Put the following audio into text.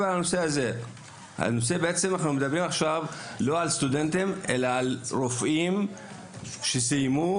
אנחנו לא מדברים עכשיו על סטודנטים אלא על רופאים שסיימו.